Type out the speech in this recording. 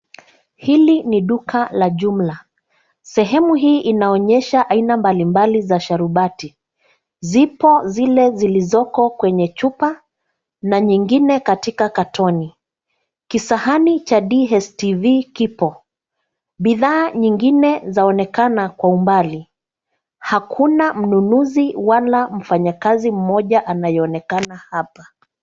Hili ni duka la jumla. Sehemu hii inaonyesha aina mbali mbali za sharubati. Zipo zile zilizoko kwenye chupa na nyingine katika katoni . Kisahani cha DSTV kipo. Bidhaa nyingine zaonekana kwa umbali. Hakuna mnunuzi wala mfanyakazi mmoja anayeonakana hapa.